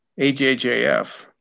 AJJF